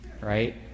right